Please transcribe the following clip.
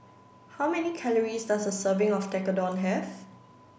how many calories does a serving of Tekkadon have